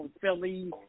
Philly